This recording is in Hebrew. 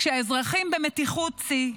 כשהאזרחים במתיחות שיא,